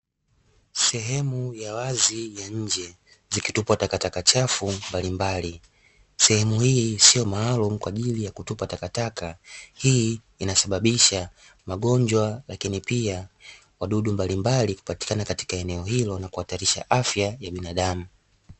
Sehemu ya wazi ya nje zikitupwa takataka chafu mbalimbali, sehemu hii sio maalumu kwa ajili ya kutupa takataka, hii inasababisha magonjwa lakini pia wadudu mbalimbali kupatikana katika eneo hilo na kuhatarisha afya ya binadamu.